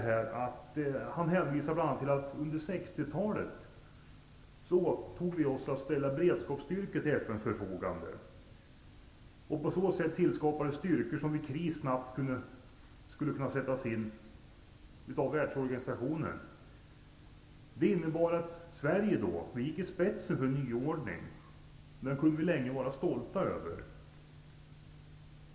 Han hänvisar bl.a. till att vi under 1960-talet åtog oss att ställa beredskapsstyrkor till FN:s förfogande. På så sätt skapades styrkor som i kris snabbt skulle kunna sättas in av världsorganisationer. Det innebär att Sverige gick i spetsen för en nyordning som vi länge kunde vara stolta över.